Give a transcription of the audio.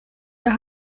der